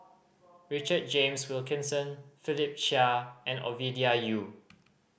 Richard James Wilkinson Philip Chia and Ovidia Yu